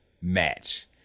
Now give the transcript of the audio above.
match